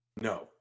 No